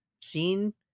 seen